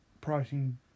pricing